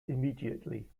immediately